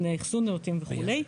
תנאי אחסון נאותים וכולי.